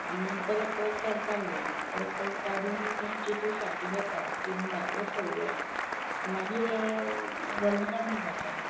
आनी परत परत काडपाक जाय परत परत काडून तें चित्र सारकें जाता पयलीं धाकलेंच काडूं जाय मागीर व्हडलें काडूंक जाता